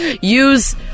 use